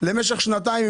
במשך שנתיים,